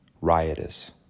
riotous